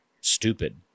stupid